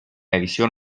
edición